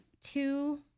two